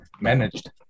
managed